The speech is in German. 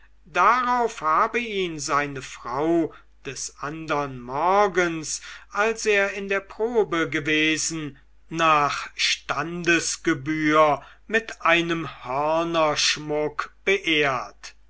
darauf habe ihn seine frau des andern morgens als er in der probe gewesen nach standesgebühr mit einem hörnerschreck beehrt